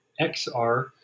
XR